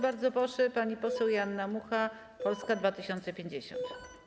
Bardzo proszę, pani poseł Joanna Mucha, Polska 2050.